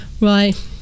Right